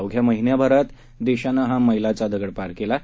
अवघ्या महिनाभरात देशानं हा मैलाचा दगड पार केला आहे